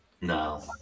No